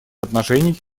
отношений